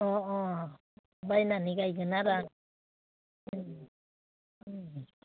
अह अह बायनानै गायगोन आरो आं उम उम